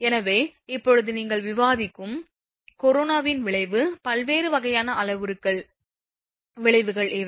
எனவே இப்போது நீங்கள் விவாதிக்கும் கொரோனாவின் விளைவு பல்வேறு வகையான அளவுருக்கள் இன் விளைவுகள் இவை